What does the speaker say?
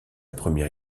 première